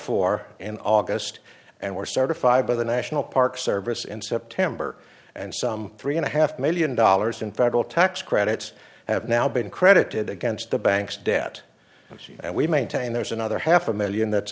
for and august and were started five by the national park service in september and some three and a half million dollars in federal tax credits have now been credited against the bank's debt and we maintain there's another half a million that's